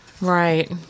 Right